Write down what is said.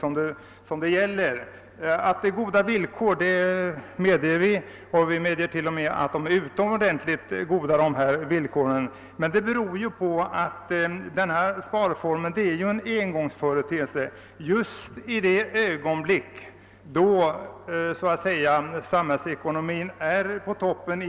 Vi medger att premien beviljas på goda villkor — t.o.m. på utomordentligt goda villkor — men det beror ju på att den aktuella sparformen är en engångsföreteelse i det ögonblick när samhällsekonomin är på toppen.